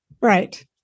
right